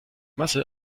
masse